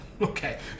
Okay